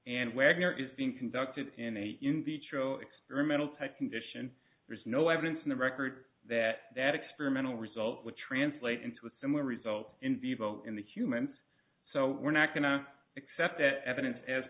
and wagner is being conducted in a in vitro experimental type condition there's no evidence in the record that that experimental result would translate into a similar result in vivo in the humans so we're not going to accept that evidence as